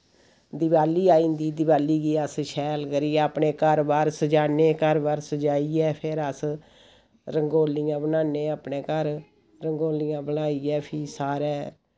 दिवाली आई जंदी दिवाली गी अस शैल करियै अपने घर बाह्र सज़ान्ने घर बाह्र सज़ाइयै फिर अस रंगोलियां बनान्ने अपने घर रंगोलियां बनाइयै फ्ही सारै